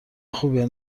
خوبیه